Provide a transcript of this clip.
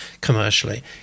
commercially